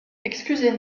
excusez